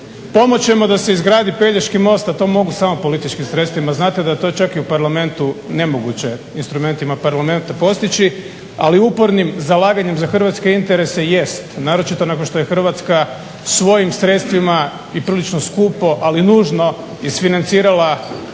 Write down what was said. Pomoć ćemo da se izgradi Pelješki most, a to mogu samo političkim sredstvima. Znate da je to čak i u Parlamentu nemoguće instrumentima Parlamenta postići, ali upornim zalaganjem za hrvatske interese jeste, naročito nakon što je Hrvatska svojim sredstvima i prilično skupo ali nužno isfinancirala